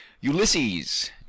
Ulysses